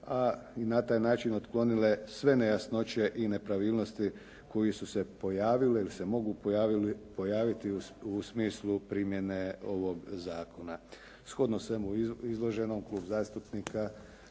a na taj način otklonile sve nejasnoće i nepravilnosti koje su se pojavile ili se mogu pojaviti u smislu primjene ovog zakona. Shodno svemu izloženom Klub zastupnika